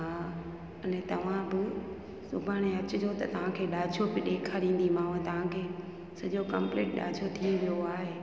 हा अने तव्हां बि सुभाणे अचिजो त तव्हांखे डांजो बि ॾेखारींदीमाव तव्हांखे सॼो कंपलीट डांजो थी वियो आहे